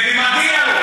ומגיע לו.